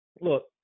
look